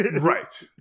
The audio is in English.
Right